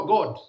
God